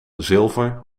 zilver